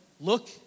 look